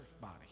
body